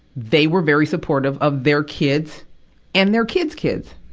they were very supportive of their kids and their kids' kids.